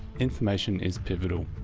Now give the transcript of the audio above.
information is pivotal,